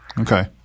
Okay